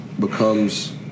becomes